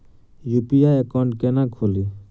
UPI account केना खोलि?